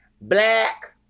black